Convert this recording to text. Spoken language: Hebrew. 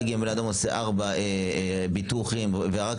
גם אם הוא עושה ארבעה ביטוחים והוא רק